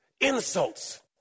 insults